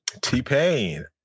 T-Pain